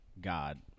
God